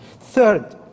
third